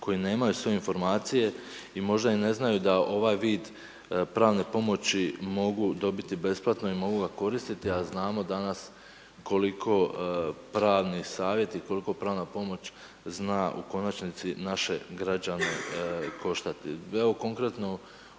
koji nemaju sve informacije i možda i ne znaju da ovaj vid pravne pomoći mogu dobiti besplatno i mogu ga koristiti a znamo danas koliko pravni savjeti i koliko pravna pomoć zna u konačnici naše građane koštati.